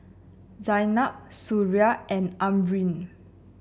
Zaynab Suria and Amrin